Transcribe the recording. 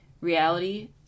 reality